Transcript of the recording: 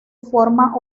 forma